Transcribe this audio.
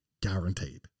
Guaranteed